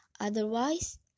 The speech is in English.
Otherwise